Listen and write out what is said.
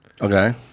Okay